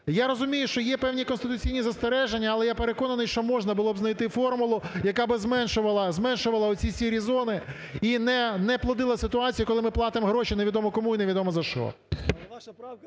Я розумію, що є певні конституційні застереження, але я переконаний, що можна було б знайти формулу, яка зменшувала... зменшувала оці сірі зони і не плодила ситуацію, коли ми платимо гроші невідомо кому і невідомо за що.